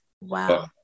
wow